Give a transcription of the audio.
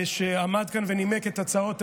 שעמד כאן ונימק את הצעות האי-אמון,